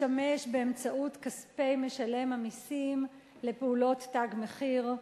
משתמש בכספי משלם המסים לפעולות "תג מחיר",